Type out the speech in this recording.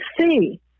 see